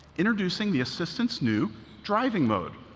introducing the assistant's new driving mode.